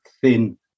thin